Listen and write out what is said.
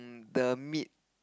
the meat